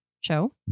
show